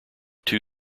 two